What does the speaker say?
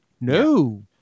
No